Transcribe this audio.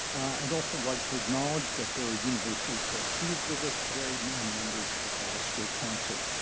i'd also like to acknowledge that there are university trustees with us today and members of the harris school council.